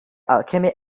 alchemy